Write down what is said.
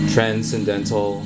Transcendental